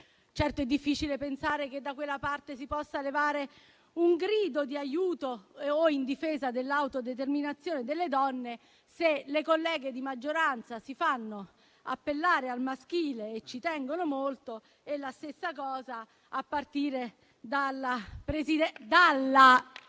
Certo, è difficile pensare che da quella parte si possa levare un grido di aiuto o in difesa dell'autodeterminazione delle donne, se le colleghe di maggioranza si fanno appellare al maschile e ci tengono molto, a partire dalla presidente